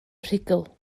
rhugl